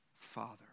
Father